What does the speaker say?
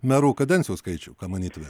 merų kadencijų skaičių ką manytumėt